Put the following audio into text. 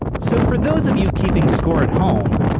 so for those of you keeping score at home,